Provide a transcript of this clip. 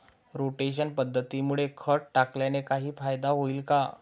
Rotation पद्धतीमुळे खत टाकल्याने काही फायदा होईल का?